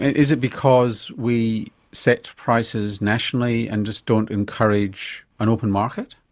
is it because we set prices nationally and just don't encourage an open market?